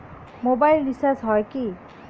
Mobile recharge হয় কি?